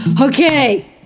Okay